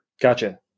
Gotcha